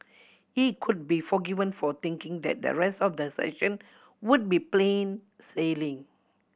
he could be forgiven for thinking that the rest of the session would be plain sailing